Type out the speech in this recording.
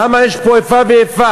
למה יש פה איפה ואיפה?